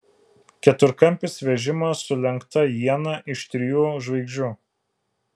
keturkampis vežimas su lenkta iena iš trijų žvaigždžių